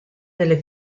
delle